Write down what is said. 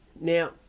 Now